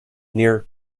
near